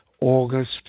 August